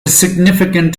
significant